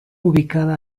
ubicada